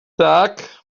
tak